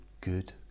good